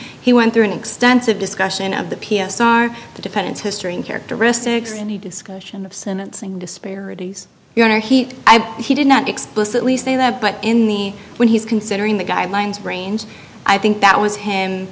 he went through an extensive discussion of the p s r the defendant's history and characteristics and the discussion of sentencing disparities or he he did not explicitly say that but in the when he's considering the guidelines range i think that was him